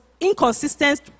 inconsistent